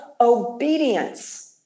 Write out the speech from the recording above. obedience